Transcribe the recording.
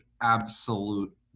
absolute